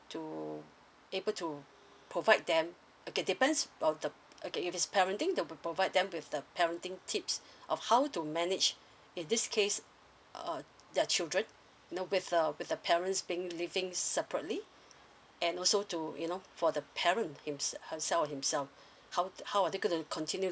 to able to provide them okay depends on the okay if it's parenting they'll provide them with the parenting tips of how to manage in this case uh the children no with the with the parents being living separately and also to you know for the parent him~ herself himself how how are they gonna continue